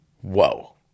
whoa